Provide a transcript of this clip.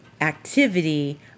activity